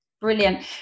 Brilliant